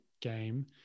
game